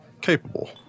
capable